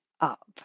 up